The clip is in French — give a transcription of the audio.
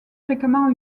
fréquemment